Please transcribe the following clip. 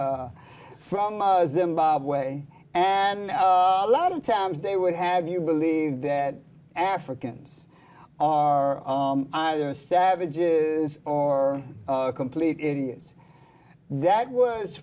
it from zimbabwe and a lot of times they would have you believe that africans are either savages or complete idiots that w